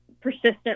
persistent